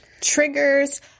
Triggers